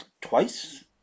twice